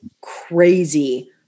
crazy